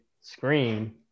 Scream